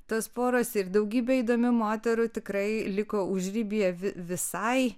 tos poras ir daugybė įdomių moterų tikrai liko užribyje vi visai